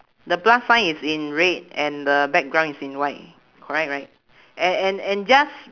the plus sign is in red and the background is in white correct right and and and just